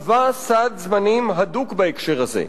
קבע סד זמנים הדוק בהקשר הזה.